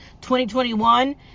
2021